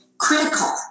critical